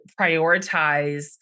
prioritize